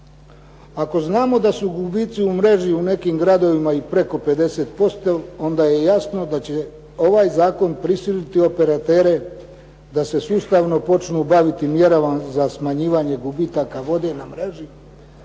Ako znamo da su gubici u mreži u nekim gradovima i preko 50% onda je jasno da će ovaj zakon prisiliti operatere da se sustavno počnu baviti mjerama za smanjivanje gubitaka vode na mreži.